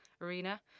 arena